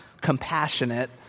compassionate